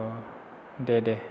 औ दे दे